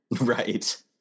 right